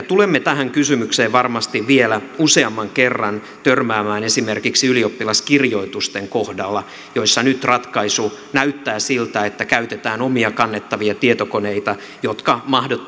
tulemme tähän kysymykseen varmasti vielä useamman kerran törmäämään esimerkiksi ylioppilaskirjoitusten kohdalla joissa nyt ratkaisu näyttää siltä että käytetään omia kannettavia tietokoneita jotka